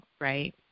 right